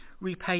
repay